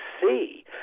see